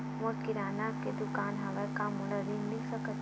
मोर किराना के दुकान हवय का मोला ऋण मिल सकथे का?